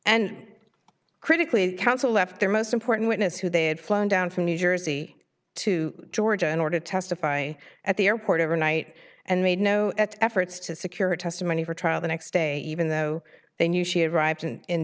and critically counsel left their most important witness who they had flown down from new jersey to georgia in order to testify at the airport every night and made no efforts to secure testimony for trial the next day even though they knew she had